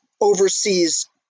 oversees